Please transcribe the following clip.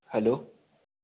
hello